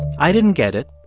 i didn't get it.